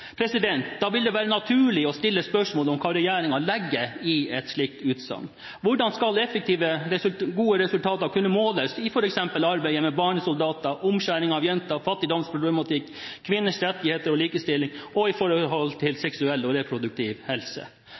Da vil det være naturlig å stille spørsmål om hva regjeringen legger i et slikt utsagn. Hvordan skal effektive, gode resultater kunne måles i f.eks. arbeidet med barnesoldater, omskjæring av jenter, fattigdomsproblematikk, kvinners rettigheter og likestilling og i forhold til seksuell og reproduktiv helse?